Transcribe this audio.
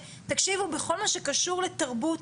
בכל מה שקשור לתרבות,